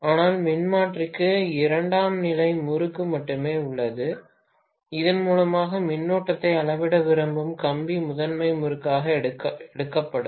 ஆனால் மின்மாற்றிக்கு இரண்டாம் நிலை முறுக்கு மட்டுமே உள்ளது இதன் மூலம் மின்னோட்டத்தை அளவிட விரும்பும் கம்பி முதன்மை முறுக்காக எடுக்கப்படும்